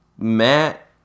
Matt